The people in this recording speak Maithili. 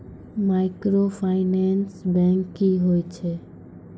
माइक्रोफाइनांस बैंक की होय छै?